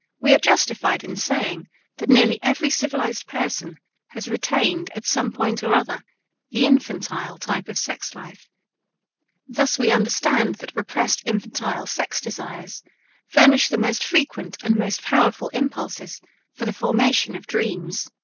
we are justified in saying that nearly every civilized person has retained at some point or other the infantile type of sex life thus we understand that repressed infantile sex desires furnish the most frequent and most powerful impulses for the formation of dreams.